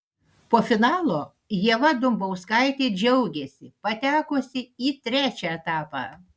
po finalo ieva dumbauskaitė džiaugėsi patekusi į trečią etapą